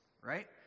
Right